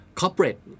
corporate